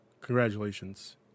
congratulations